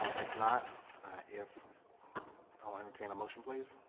ah if not if i'll entertain a motion please